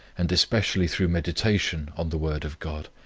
and especially through meditation on the word of god,